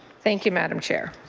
thank you madam chair.